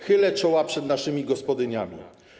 Chylę czoła przed naszymi gospodyniami.